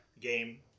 game